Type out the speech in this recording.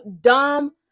dumb